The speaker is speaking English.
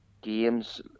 games